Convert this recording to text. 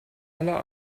aller